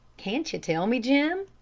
can't you tell me, jim?